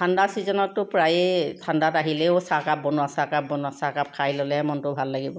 ঠাণ্ডা চিজনততো প্ৰায়ে ঠাণ্ডাত আহিলেও চাহকাপ বনোৱা চাহকাপ বনোৱা চাহকাপ খাই ল'লেহে মনটো ভাল লাগিব